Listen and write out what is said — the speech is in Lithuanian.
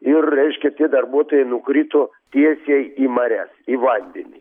ir reiškia tie darbuotojai nukrito tiesiai į marias į vandenį